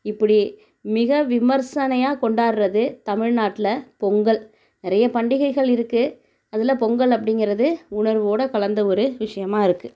இப்படி மிக விமரிசனையா கொண்டாடுவது தமிழ்நாட்டில் பொங்கல் நிறைய பண்டிகைகள் இருக்குது அதில் பொங்கல் அப்படிங்கிறது உணர்வோடு கலந்த ஒரு விஷயமா இருக்குது